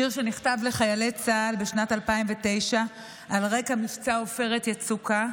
שיר שנכתב לחיילי צה"ל בשנת 2009 על רקע מבצע עופרת יצוקה.